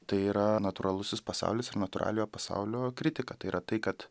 tai yra natūralusis pasaulis ir natūraliojo pasaulio kritika tai yra tai kad